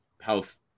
health